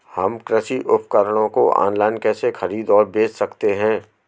हम कृषि उपकरणों को ऑनलाइन कैसे खरीद और बेच सकते हैं?